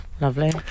Lovely